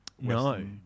No